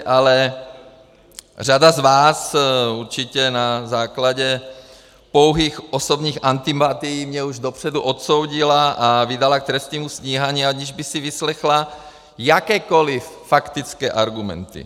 Ale řada z vás mě určitě na základě pouhých osobních antipatií už dopředu odsoudila a vydala k trestnímu stíhání, aniž by si vyslechla jakékoliv faktické argumenty.